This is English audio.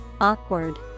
Awkward